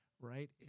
right